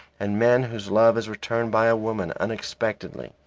and men whose love is returned by a woman unexpectedly,